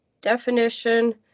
definition